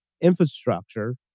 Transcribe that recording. infrastructure